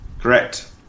Correct